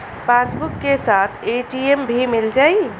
Passbook के साथ ATM भी मील जाई?